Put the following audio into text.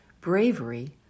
bravery